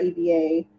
ABA